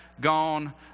gone